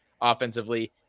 Offensively